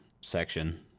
section